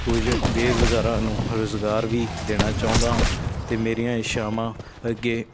ਕੁਝ ਬੇਰੁਜ਼ਗਾਰਾਂ ਨੂੰ ਰੁਜ਼ਗਾਰ ਵੀ ਦੇਣਾ ਚਾਹੁੰਦਾ ਅਤੇ ਮੇਰੀਆਂ ਇੱਛਾਵਾਂ ਹੈ ਕਿ